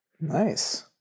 Nice